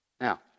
Now